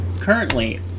Currently